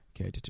Okay